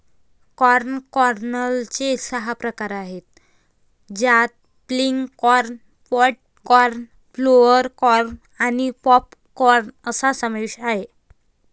corn कर्नलचे सहा प्रकार आहेत ज्यात flint corn, pod corn, flour corn आणि पॉप कॉर्न यांचा समावेश आहे